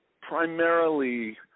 primarily